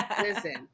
Listen